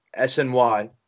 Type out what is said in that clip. SNY